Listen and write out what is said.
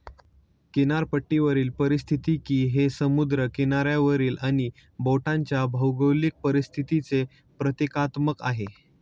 किनारपट्टीवरील पारिस्थितिकी हे समुद्र किनाऱ्यावरील आणि बेटांच्या भौगोलिक परिस्थितीचे प्रतीकात्मक आहे